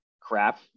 crap